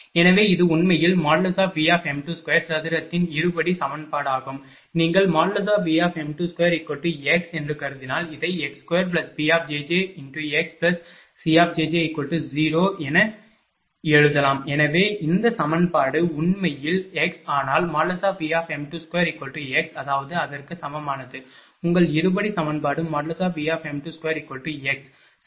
எனவே இது உண்மையில் Vm22 சதுரத்தின் இருபடி சமன்பாடாகும் நீங்கள் Vm22x என்று கருதினால் இதை x2bjjxcjj0 என எழுதலாம் எனவே இந்த சமன்பாடு உண்மையில் x ஆனால் Vm22x அதாவது அதற்கு சமமானது உங்கள் இருபடி சமன்பாடு Vm22x சரி